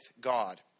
God